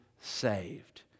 saved